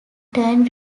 turn